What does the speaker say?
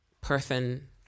person